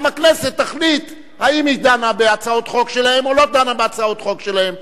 גם הכנסת תחליט אם היא דנה בהצעות חוק שלהם או לא דנה בהצעות חוק שלהם.